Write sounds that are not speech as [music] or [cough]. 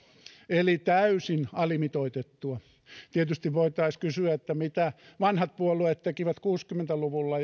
eli täysin alimitoitettua tietysti voitaisiin kysyä että mitä vanhat puolueet tekivät kuusikymmentä luvulla [unintelligible]